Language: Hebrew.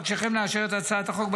אבקשכם לאשר את הצעת החוק,